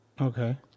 Okay